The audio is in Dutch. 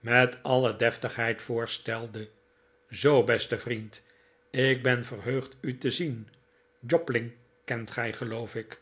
met alle deftigheid voorstelde zoo beste vriend ik ben verheugd u te zien jobling kent gij geloof ik